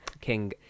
King